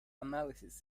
analysis